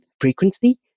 frequency